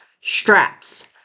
straps